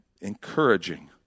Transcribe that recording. encouraging